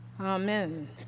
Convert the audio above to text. Amen